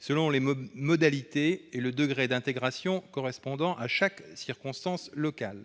selon les modalités et le degré d'intégration correspondant à chaque circonstance locale.